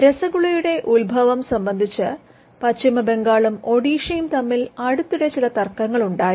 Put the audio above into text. രസഗുളയുടെ ഉത്ഭവം സംബന്ധിച്ച് പശ്ചിമ ബംഗാളും ഒഡീഷയും തമ്മിൽ അടുത്തിടെ ചില തർക്കങ്ങൾ ഉണ്ടായിരുന്നു